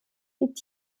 liegt